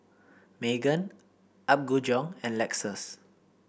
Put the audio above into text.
Megan Apgujeong and Lexus